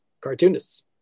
cartoonists